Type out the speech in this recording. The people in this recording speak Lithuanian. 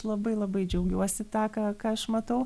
labai labai džiaugiuosi tą ką ką aš matau